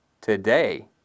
today